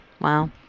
wow